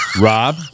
Rob